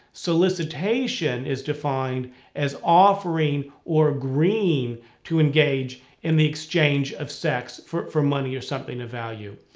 solicitation is defined as offering or agreeing to engage in the exchange of sex for for money or something of value.